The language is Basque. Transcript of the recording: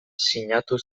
sinatu